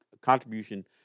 contribution